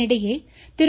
இதனிடையே திரு